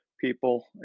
people